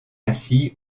ainsi